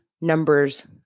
numbers